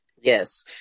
yes